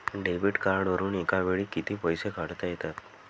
Debit कार्डवरुन एका वेळी किती पैसे काढता येतात?